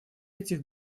этих